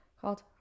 called